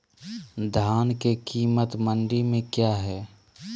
धान के कीमत मंडी में क्या है?